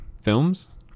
films